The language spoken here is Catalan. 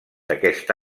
d’aquest